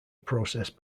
process